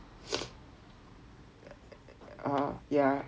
ah yeah